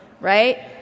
right